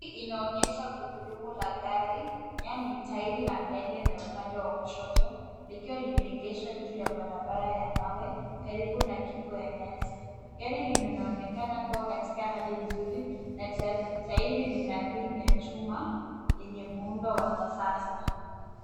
Picha hii inaonyesha gurudumu la gari yaani tairi la mbele na upande wa kushoto likiwa limeegeshwa juu ya barabara ya mawe karibu na kingo ya nyasi. Gari linaonekana kuwa katika hali nzuri na tairi lina rimu ya chuma yenye muundo wa kisasa.